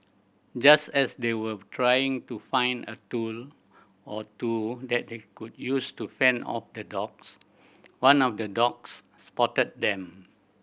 just as they were trying to find a tool or two that they could use to fend off the dogs one of the dogs spotted them